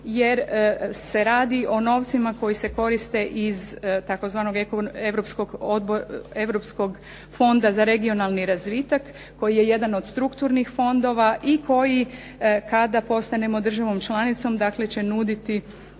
jer se radi o novcima koji se koriste iz tzv. Europskog fonda za regionalni razvitak koji je jedan od strukturnih fondova i koji kada postanemo državom članicom dakle, će nuditi puno